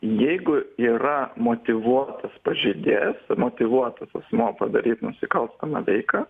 jeigu yra motyvuotas pažeidėjas motyvuotas asmuo padaryt nusikalstamą veiką